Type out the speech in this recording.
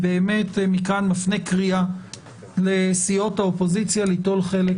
ומכאן אני באמת מפנה קריאה לסיעות האופוזיציה ליטול חלק